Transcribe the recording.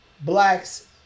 blacks